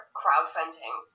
crowdfunding